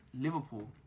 Liverpool